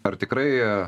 ar tikrai